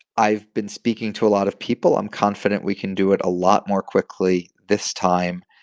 i've been speaking to a lot of people. i'm confident we can do it a lot more quickly this time.